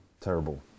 terrible